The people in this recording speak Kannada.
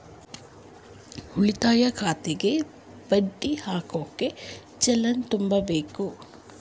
ಉಳಿತಾಯ ಖಾತೆಗೆ ದುಡ್ಡು ಹಾಕೋಕೆ ಚಲನ್ ತುಂಬಬೇಕು